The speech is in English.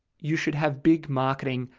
you should have big marketing,